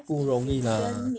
不容易啦